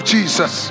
Jesus